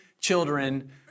children